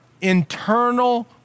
internal